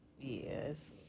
Yes